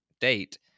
date